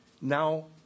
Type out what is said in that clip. now